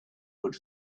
would